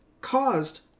caused